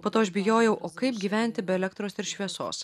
po to aš bijojau o kaip gyventi be elektros ir šviesos